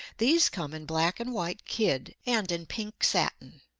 these come in black and white kid and in pink satin.